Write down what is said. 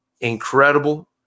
incredible